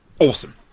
awesome